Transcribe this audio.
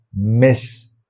miss